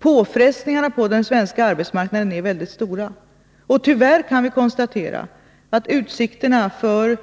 Påfrestningarna på den svenska arbetsmarknaden är väldigt stora, och tyvärr kan vi konstatera att utsikterna för